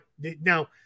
now